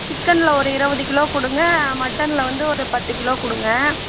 சிக்கனில் ஒரு இருவது கிலோ கொடுங்க மட்டனில் வந்து ஒரு பத்து கிலோ கொடுங்க